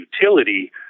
utility